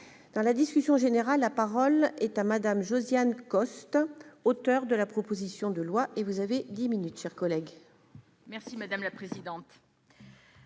dans la discussion générale, la parole est à Madame Josiane Costes, auteur de la proposition de loi et vous avez 10 minutes chers collègues. Merci madame la présidente.